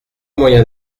moyen